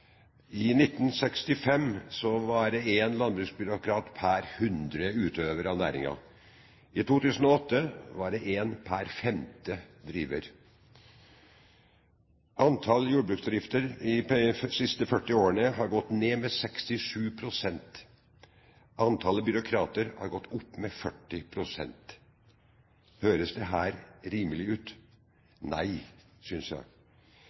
I 1965 var det én landbruksbyråkrat per hundre utøvere av næringen. I 2008 var det én per femte driver. Antallet jordbruksbedrifter har gått ned med 67 pst. de siste 40 årene. Antallet byråkrater har gått opp med 40 pst. Høres dette rimelig ut? Nei, synes jeg: